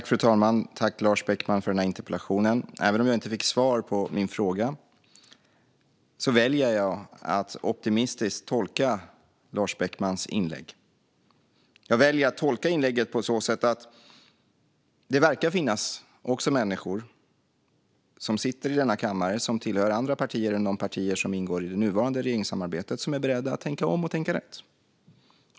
Fru talman! Tack, Lars Beckman, för interpellationen! Även om jag inte fick svar på min fråga väljer jag att tolka Lars Beckmans inlägg optimistiskt. Jag väljer att tolka inlägget på så sätt att det verkar finnas människor som sitter i denna kammare och som tillhör andra partier än de partier som ingår i det nuvarande regeringssamarbetet som är beredda att tänka om och tänka rätt.